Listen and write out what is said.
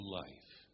life